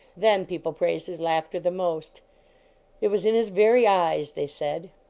then people praised his laughter the most it was in his very eyes, they said.